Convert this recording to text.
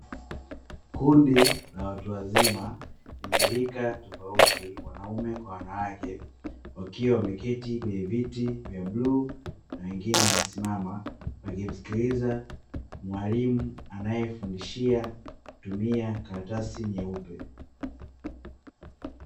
Kundi la watu wazima wenye rika tofauti, wanaume kwa wanawake wakiwa wameketi kwenye viti vya bluu na wengine wamesimama, wakimsikiliza mwalimu anayefundishia kwa kutumia karatasi nyeupe.